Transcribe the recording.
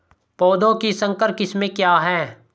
पौधों की संकर किस्में क्या हैं?